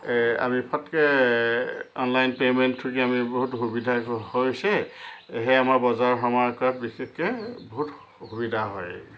আমি ফতকৈ অনলাইন পে'মেণ্টটোকে আমি বহুত সুবিধা হৈছে সেয়ে আমাৰ বজাৰ সমাৰ কৰাত বিশেষকৈ বহুত সুবিধা হয়